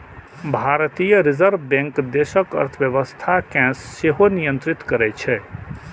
भारतीय reserve bank देशक अर्थव्यवस्था कें सेहो नियंत्रित करै छै